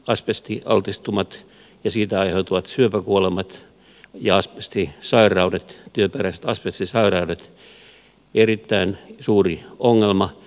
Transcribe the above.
asbestialtistumat ja niistä aiheutuvat syöpäkuolemat ja asbestisairaudet työperäiset asbestisairaudet ovat meillä edelleenkin erittäin suuri ongelma